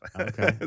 Okay